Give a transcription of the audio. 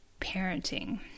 Parenting